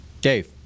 Dave